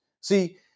See